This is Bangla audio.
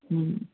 হুম